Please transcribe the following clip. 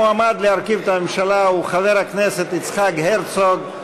המועמד להרכיב את הממשלה הוא חבר הכנסת יצחק הרצוג.